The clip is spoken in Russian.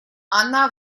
она